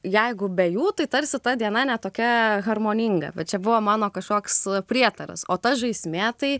jeigu be jų tai tarsi ta diena ne tokia harmoninga va čia buvo mano kažkoks prietaras o ta žaismė tai